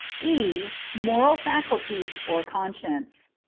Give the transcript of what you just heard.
e. moral faculties or conscience.